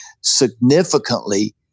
significantly